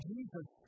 Jesus